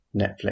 Netflix